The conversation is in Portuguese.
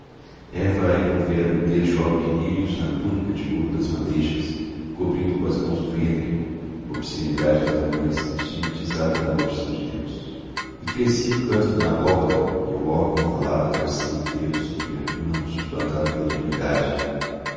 envolver a nudez jovem de lírios na túnica de ouro das madeixas cobrindo com as mãos o ventre obscenidade das mães estigmatizada pela maldição de deus e crescia o canto na abóbada e o órgão falava à tradição inteira do sofrimento humano suplantado pela divindade